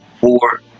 four